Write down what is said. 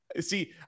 see